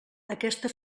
aquesta